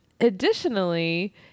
additionally